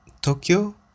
Tokyo